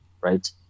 right